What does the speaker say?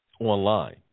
online